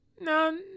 no